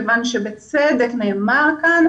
כיוון שנאמר כאן,